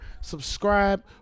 subscribe